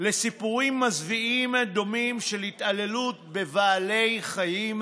לסיפורים מזוויעים דומים של התעללות בבעלי חיים,